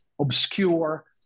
obscure